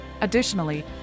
Additionally